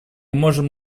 можем